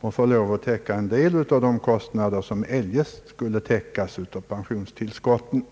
och får täcka en del av de kostnader som eljest skulle täckas av pensionstillskotten.